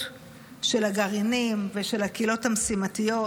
של הגרעינים ושל הקהילות המשימתיות,